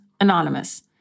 anonymous